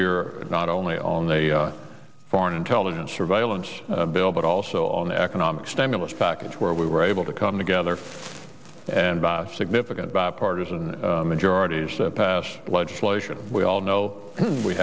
year not only on the foreign intelligence surveillance bill but also on the economic stimulus package where we were able to come together and by significant bipartisan majorities to pass legislation we all know we